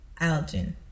Algin